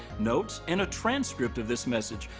notes, and a transcript of this message,